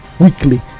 Weekly